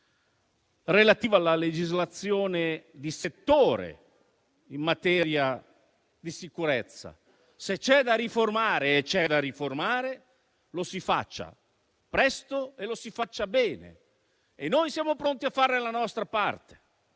relativa alla legislazione di settore in materia di sicurezza. Se c'è da riformare - e c'è da riformare - lo si faccia presto e bene. Noi siamo pronti a fare la nostra parte